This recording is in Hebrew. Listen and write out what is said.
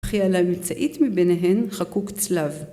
וכי על האמצעית מביניהן חקוק צלב